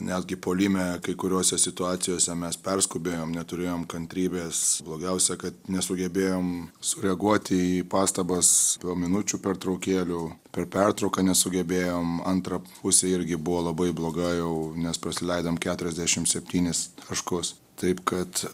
netgi puolime kai kuriose situacijose mes perskubėjom neturėjom kantrybės blogiausia kad nesugebėjom sureaguoti į pastabas dėl minučių pertraukėlių per pertrauką nesugebėjom antra pusė irgi buvo labai bloga jau nes prasileidom keturiasdešim septynis taškus taip kad